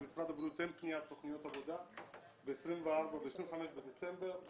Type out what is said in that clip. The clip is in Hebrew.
למשרד הבריאות אין פניית תוכניות עבודה ב-25 בדצמבר.